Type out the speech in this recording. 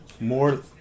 More